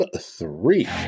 three